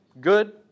good